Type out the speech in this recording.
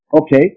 Okay